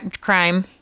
crime